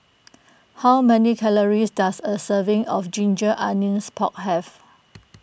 how many calories does a serving of Ginger Onions Pork have